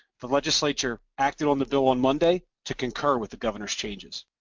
the legislature acted on the bill on monday to concur with the governor's changes.